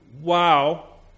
Wow